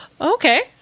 Okay